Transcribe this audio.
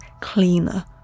cleaner